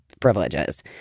privileges